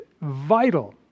vital